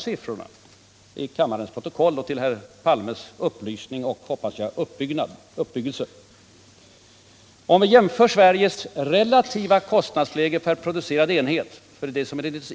Jag skall därför — och för herr Palmes upplysning och, hoppas jag, till hans uppbyggelse — läsa in de rätta siffrorna i kammarens protokoll.